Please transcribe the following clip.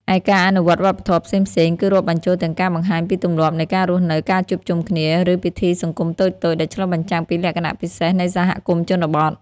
ឯការអនុវត្តវប្បធម៌ផ្សេងៗ គឺរាប់បញ្ចូលទាំងការបង្ហាញពីទម្លាប់នៃការរស់នៅ ការជួបជុំគ្នា ឬពិធីសង្គមតូចៗ ដែលឆ្លុះបញ្ចាំងពីលក្ខណៈពិសេសនៃសហគមន៍ជនបទ។